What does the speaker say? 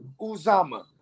Uzama